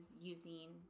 using